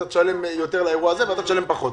אתה תשלם יותר לאירוע הזה ואחר פחות.